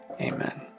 Amen